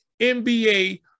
NBA